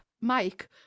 Mike